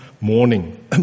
morning